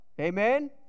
amen